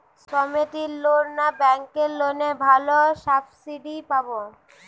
সমিতির লোন না ব্যাঙ্কের লোনে ভালো সাবসিডি পাব?